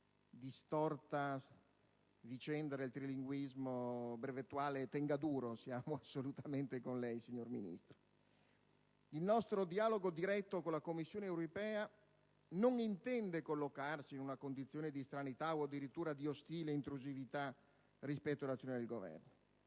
distorta vicenda del trilinguismo brevettuale tenga duro, siamo assolutamente con lei. Il nostro dialogo diretto con la Commissione europea non intende collocarsi in una condizione di estraneità o addirittura di ostile intrusività rispetto all'azione del Governo,